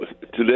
today